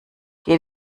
geht